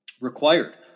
required